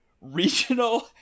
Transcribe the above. Regional